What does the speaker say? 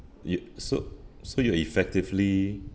you so so you effectively